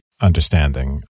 understanding